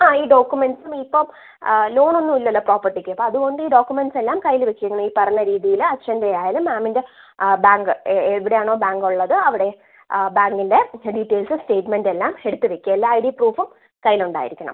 ആ ഈ ഡോക്യൂമെൻറ്റ്സും ഇപ്പം ലോൺ ഒന്നും ഇല്ലല്ലോ പ്രോപ്പർട്ടിക്ക് അപ്പോൾ അതുകൊണ്ട് ഈ ഡോക്യൂമെൻറ്റ്സ് എല്ലാം കൈയ്യിൽ വച്ചേക്കണം ഈ പറഞ്ഞ രീതിയിൽ അച്ഛൻ്റെ ആയാലും മാമിൻ്റെ ആ ബാങ്ക് എവിടെ ആണോ ബാങ്ക് ഉള്ളത് അവിടെ ആ ബാങ്കിൻ്റെ ഡീറ്റെയിൽസ് സ്റ്റേറ്റ്മെൻറ്റ് എല്ലാം എടുത്ത് വയ്ക്കുക്ക എല്ലാ ഐ ഡി പ്രൂഫും കൈയ്യിൽ ഉണ്ടായിരിക്കണം